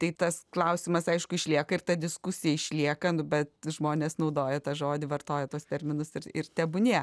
tai tas klausimas aišku išlieka ir ta diskusija išlieka nu bet žmonės naudoja tą žodį vartoja tuos terminus ir ir tebūnie